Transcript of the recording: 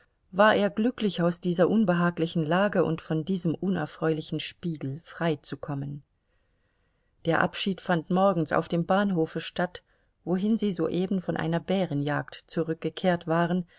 war er glücklich aus dieser unbehaglichen lage und von diesem unerfreulichen spiegel freizukommen der abschied fand morgens auf dem bahnhofe statt wohin sie soeben von einer bärenjagd zurückgekehrt waren